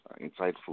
insightful